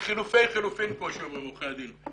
לחילופי חילופין כמו שאומרים עורכי הדין,